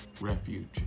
Refuge